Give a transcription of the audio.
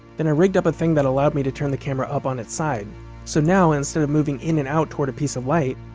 then i rigged up a thing that allowed me to turn the camera up on its side so now, instead of moving in and out toward a piece of light,